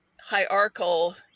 hierarchical